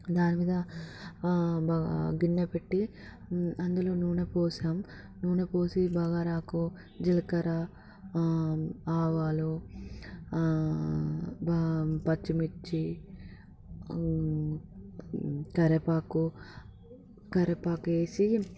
దాని మీద బా గిన్నె పెట్టి అందులో నూనె పోసినాం నూనె పోసి బగారాకు జీలకర్ర ఆవాలు పచ్చిమిర్చి కరేపాకు కరేపాకు వేసి